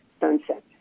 sunset